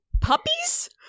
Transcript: Puppies